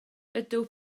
ydw